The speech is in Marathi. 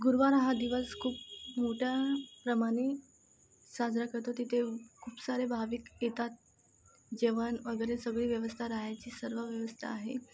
गुरुवार हा दिवस खूप मोठ्याप्रमाणे साजरा करतो तिथे खूप सारे भाविक येतात जेवण वगैरे सगळी व्यवस्था रहायची सर्व व्यवस्था आहे